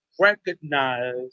recognize